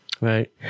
Right